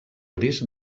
risc